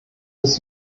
ist